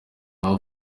aho